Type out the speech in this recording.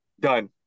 done